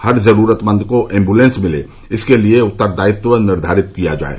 हर जरूरतमंद को एम्बुलेंस मिले इसके लिये उत्तरदायित्व निर्धारित किया जाये